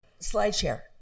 slideshare